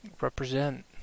represent